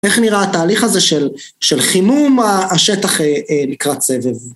איך נראה התהליך הזה של חימום השטח לקראת סבב?